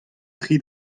tri